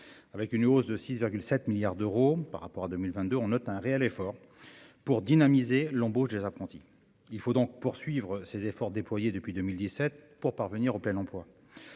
avec une hausse de 6,7 milliards d'euros par rapport à 2022, on note un réel effort pour dynamiser l'embauche des apprentis, il faut donc poursuivre ses efforts déployés depuis 2017 pour parvenir au plein emploi,